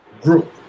group